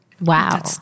Wow